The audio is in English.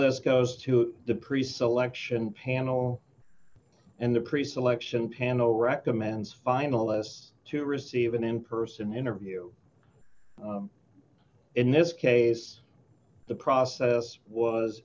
list goes to the pre selection panel and the pre selection panel recommends finalists to receive an in person interview in this case the process was